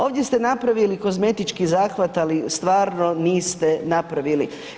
Ovdje se napravili kozmetički zahvat, ali stvarno, niste napravili.